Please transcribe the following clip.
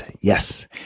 Yes